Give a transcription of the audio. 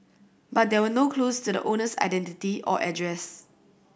but there were no clues to the owner's identity or address